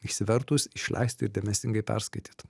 išsivertus išleisti ir demesingai perskaityti